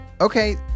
Okay